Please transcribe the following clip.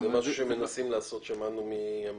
זה משהו שמנסים לעשות, שמענו מהמנכ"ל.